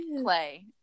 play